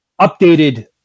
updated